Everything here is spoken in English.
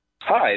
Hi